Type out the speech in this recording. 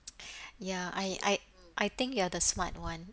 ya I I I think you are the smart [one]